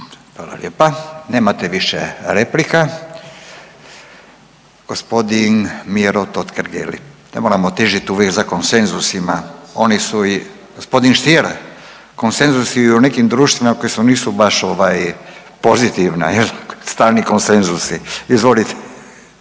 Hvala lijepa, nemate više replika. Gospodin Miro Totgergeli. Ne moramo težit uvijek za konsenzusima, oni su i, g. Stier, konsenzusi i u nekim društvima koja se nisu baš ovaj pozitivna jel, stalni konsenzusi, izvolite.